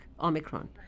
omicron